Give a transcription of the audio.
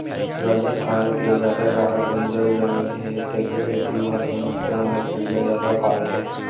राजिस्थान के जादा डाहर बंजर जमीन हे तेखरे सेती उहां के मनखे मन ह भेड़िया जादा पालथे